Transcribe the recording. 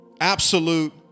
absolute